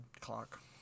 clock